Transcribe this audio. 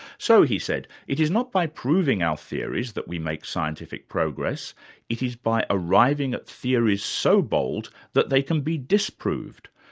so, he said, it is not by proving our theories that we make scientific progress it is by arriving at theories so bold that they can be disproved.